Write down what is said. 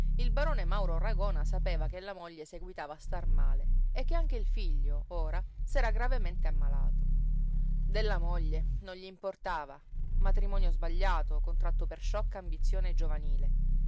il barone mauro ragona sapeva che la moglie seguitava a star male e che anche il figlio ora s'era gravemente ammalato della moglie non gl'importava matrimonio sbagliato contratto per sciocca ambizione giovanile